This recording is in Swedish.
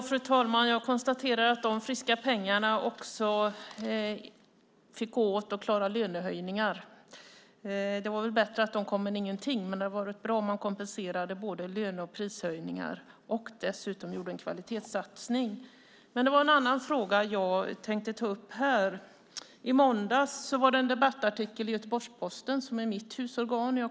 Fru talman! Jag konstaterar att de friska pengarna också fick gå till att betala lönehöjningar. Det var väl bättre att de kom än ingenting. Men det hade varit bättre om man kompenserat både för lönehöjningar och prishöjningar och dessutom gjort en kvalitetssatsning. Det var en annan fråga jag tänkte ta upp här. I måndags var det en debattartikel i Göteborgs-Posten, som är mitt husorgan.